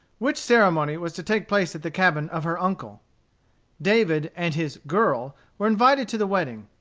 which ceremony was to take place at the cabin of her uncle david and his girl were invited to the wedding.